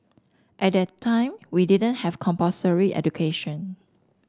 at that time we didn't have compulsory education